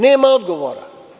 Nema odgovora.